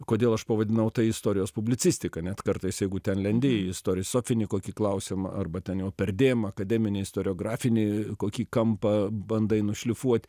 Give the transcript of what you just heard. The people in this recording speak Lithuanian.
kodėl aš pavadinau tai istorijos publicistika net kartais jeigu ten lendi į istorisofinį kokį klausimą arba ten jau perdėm akademinį istoriografinį kokį kampą bandai nušlifuot